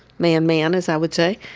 man man as i would say,